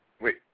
wait